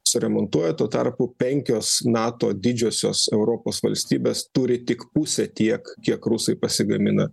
suremontuoja tuo tarpu penkios nato didžiosios europos valstybės turi tik pusę tiek kiek rusai pasigamina